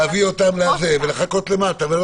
לחכות למטה.